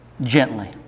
gently